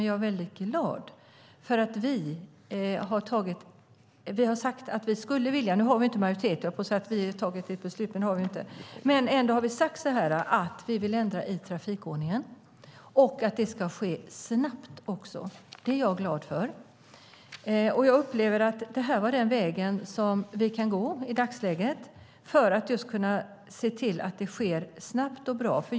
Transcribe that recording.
Jag höll på att säga att vi har tagit beslut, men det har vi ju inte, för vi har ju inte majoritet. Men vi har ändå sagt att vi vill ändra i trafikförordningen och att det också ska ske snabbt. Det är jag glad för. Jag upplever att det var den väg som vi kan gå i dagsläget för att kunna se till att det sker snabbt och bra.